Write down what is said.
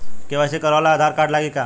KYC करावे ला Aadhaar card लागी का?